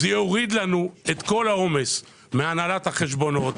זה יוריד לנו את כל העומס מהנהלת החשבונות.